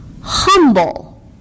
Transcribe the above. Humble